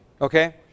Okay